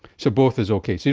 so both is okay, so